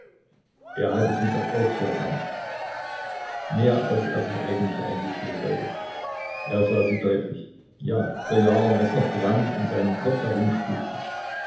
er hatte sie doch auch sehr gerne mehr als er sich eigentlich eingestehen wollte er sah sie deutlich ja vor jahren als noch brand in seinem kopfe